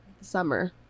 summer